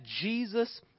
Jesus